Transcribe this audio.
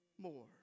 more